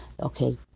okay